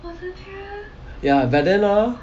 ya but then hor